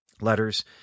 Letters